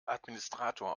administrator